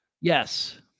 Yes